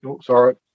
Sorry